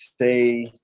say